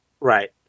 Right